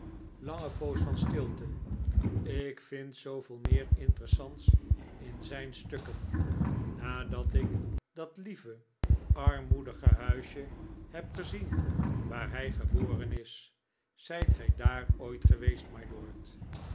laiige poos van stilte ik vind zooveel meer interessants in zijn stukken nadat ik dat lieve armoedige huisje heb gezien waar hij geboren is zijt gij daar ooit geweest mylord